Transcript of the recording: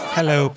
Hello